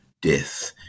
death